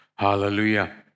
Hallelujah